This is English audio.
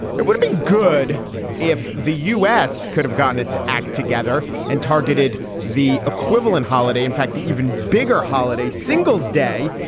it would been good if the u s. could have gotten its act together and targeted the equivalent holiday. in fact, the even bigger holiday singles day,